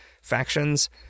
factions